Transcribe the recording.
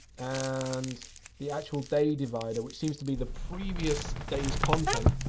and the actual day divider, seems to be the previous day's content,